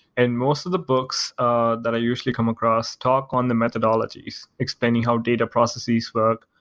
and most of the books ah that i usually come across talk on the methodologies explaining how data processes work.